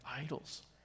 idols